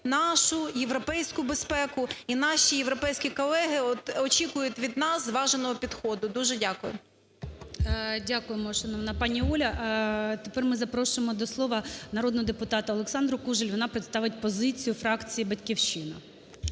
нашу, європейську безпеку, і наші європейські колеги очікують від нас зваженого підходу. Дуже дякую. ГОЛОВУЮЧИЙ. Дякуємо, шановна пані Оля. Тепер ми запрошуємо до слова народного депутата Олександру Кужель. Вона представить позицію фракції "Батьківщина".